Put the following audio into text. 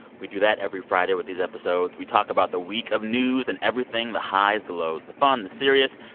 we do that every friday with these episodes. we talk about the week of news and everything the highs, the lows, the fun, the serious.